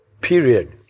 period